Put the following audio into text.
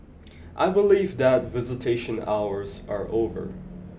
I believe that visitation hours are over